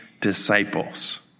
disciples